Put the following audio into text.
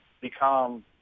become